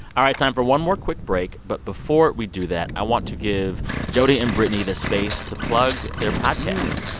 all right, time for one more quick break, but before we do that, i want to give jody and brittany the space to plug their podcasts.